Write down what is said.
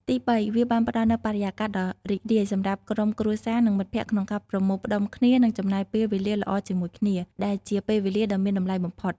ទីបី វាបានផ្តល់នូវ បរិយាកាសដ៏រីករាយ សម្រាប់ក្រុមគ្រួសារ និងមិត្តភក្តិក្នុងការប្រមូលផ្តុំគ្នានិងចំណាយពេលវេលាល្អជាមួយគ្នា ដែលជាពេលវេលាដ៏មានតម្លៃបំផុត។